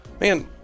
man